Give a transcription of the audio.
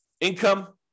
Income